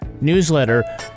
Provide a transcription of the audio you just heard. newsletter